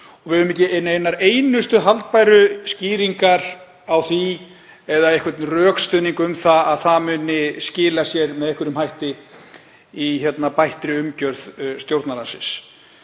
við höfum ekki neinar einustu haldbæru skýringar á því eða einhvern rökstuðning um að það muni skila sér með einhverjum hætti í bættri umgjörð Stjórnarráðsins.